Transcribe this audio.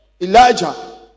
Elijah